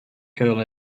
girl